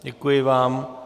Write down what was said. Děkuji vám.